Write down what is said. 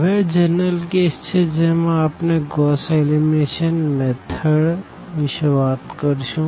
હવે આ general case છે જેમાં આપણે ગોસ એલિમિનેશન મેથડવિષે વાત કરશું